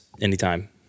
anytime